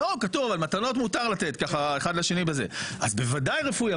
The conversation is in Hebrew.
כתוב, מתנות מותר לתת אחד לשני, אז בוודאי רפואי.